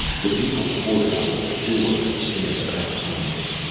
the people poured out of the door and stared about blankly.